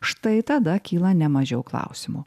štai tada kyla ne mažiau klausimų